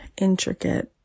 intricate